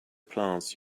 plants